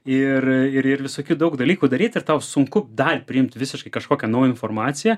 ir ir visokių daug dalykų daryt ir tau sunku dar priimt visiškai kažkokią naują informaciją